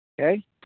Okay